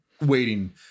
waiting